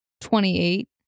Twenty-eight